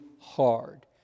hard